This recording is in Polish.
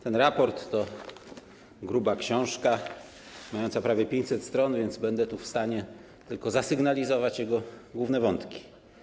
Ten raport to gruba książka, mająca prawie 500 stron, więc będę w stanie tylko zasygnalizować jego główne wątki.